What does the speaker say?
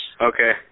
Okay